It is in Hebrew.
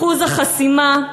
אחוז החסימה,